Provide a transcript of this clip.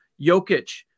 Jokic